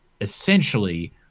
essentially